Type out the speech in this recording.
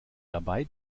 dabei